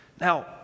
Now